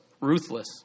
ruthless